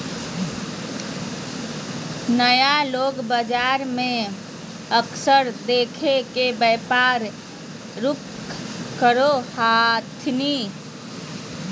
नया लोग बाजार मे अवसर देख के व्यापार शुरू करो हथिन